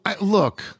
look